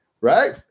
Right